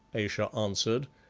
ayesha answered,